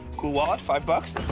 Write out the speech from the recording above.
cool wallet, five but